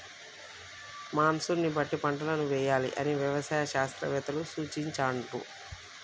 monsoon బట్టి పంటలను వేయాలి అని వ్యవసాయ శాస్త్రవేత్తలు సూచించాండ్లు